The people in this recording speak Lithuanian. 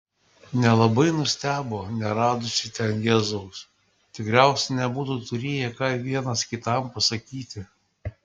nelabai nustebo neradusi ten jėzaus tikriausiai nebūtų turėję ką vienas kitam pasakyti